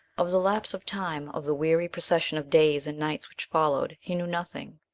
of the lapse of time, of the weary procession of days and nights which followed, he knew nothing.